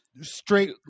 straight